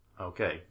Okay